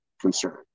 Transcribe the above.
concern